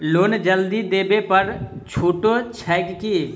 Loan जल्दी देबै पर छुटो छैक की?